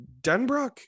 Denbrock